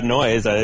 noise